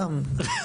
סתם.